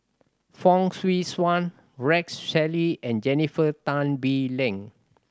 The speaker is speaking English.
Fong Swee Suan Rex Shelley and Jennifer Tan Bee Leng